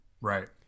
right